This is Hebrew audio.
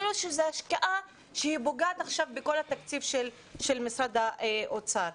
כיוון שזו השקעה שפוגעת עכשיו בכל התקציב של משרד האוצר.